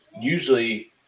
usually –